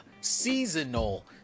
seasonal